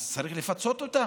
אז צריך לפצות אותם,